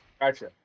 Gotcha